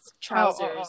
trousers